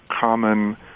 common